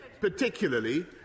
particularly